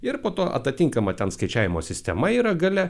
ir po to atatinkama ten skaičiavimo sistema yra gale